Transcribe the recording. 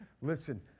Listen